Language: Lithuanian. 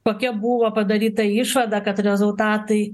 kokia buvo padaryta išvada kad rezultatai